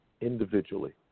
individually